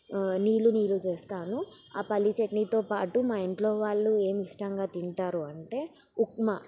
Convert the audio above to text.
నీళ్ళు నీళ్ళు చేస్తాను ఆ పల్లీ చట్నీతో పాటు మా ఇంట్లో వాళ్ళు ఏమి ఇష్టంగా తింటారు అంటే ఉప్మా